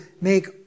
make